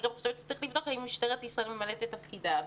אני גם חושבת שצריך לבדוק האם משטרת ישראל ממלאת את תפקידה,